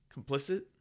Complicit